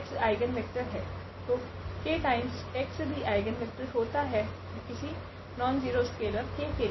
x eigenvector है तो k times x भी आइगनवेक्टर होता है किसी नॉनज़ीरो स्केलर k के लिए